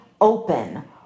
open